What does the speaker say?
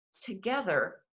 together